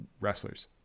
wrestlers